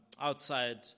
outside